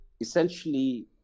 essentially